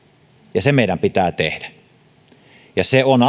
ja se meidän pitää tehdä ja se on